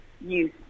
use